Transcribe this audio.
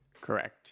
Correct